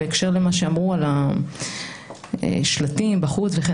בהקשר למה שאמרו על השלטים בחוץ אני